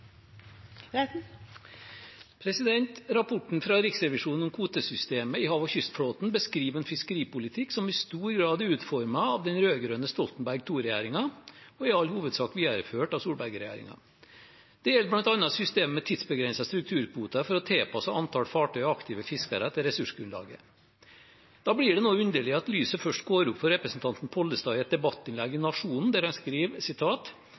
Rapporten fra Riksrevisjonen om kvotesystemet i hav- og kystflåten beskriver en fiskeripolitikk som i stor grad er utformet av den rød-grønne Stoltenberg II-regjeringen og i all hovedsak videreført av Solberg-regjeringen. Det gjelder bl. a. systemet med tidsbegrensede strukturkvoter for å tilpasse antallet fartøy og aktive fiskere til ressursgrunnlaget. Da blir det noe underlig at lyset først går opp for representanten Pollestad i et debattinnlegg i Nationen, der